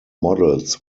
models